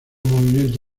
movimiento